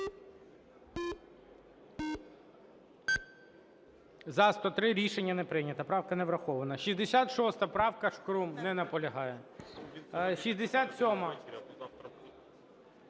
За-103 Рішення не прийнято. Правка не врахована. 66 правка, Шкрум. Не наполягає. 67-а.